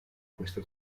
questo